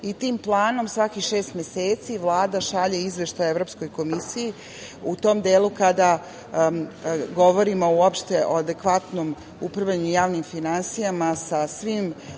i tim planom svakih šest meseci Vlada šalje izveštaj Evropskoj komisiji, u tom delu, kada govorimo uopšte o upravljanju javnim finansijama, sa svim